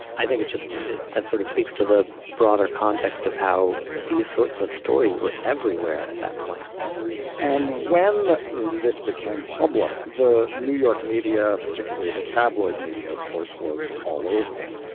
i think it just that sort of speaks to the broader context of how these sorts of stories were everywhere at that point and when this became public, the new york media, particularly the tabloid media, of course, was all over it.